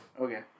Okay